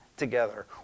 together